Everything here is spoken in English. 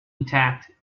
intact